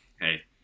Hey